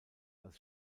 als